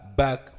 back